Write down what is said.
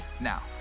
Now